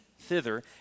thither